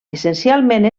essencialment